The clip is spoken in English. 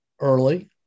early